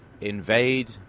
invade